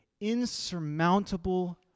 insurmountable